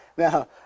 Now